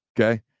okay